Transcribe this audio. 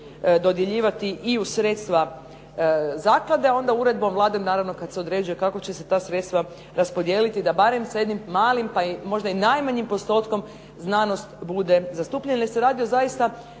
dodjeljivati i u sredstva zaklade. Onda uredbom Vlade naravno kad se određuje kako će se ta sredstva raspodijeliti da barem sa jednim malim, pa i možda i najmanjim postotkom znanost bude zastupljena